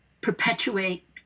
perpetuate